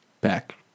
back